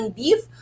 beef